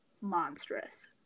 monstrous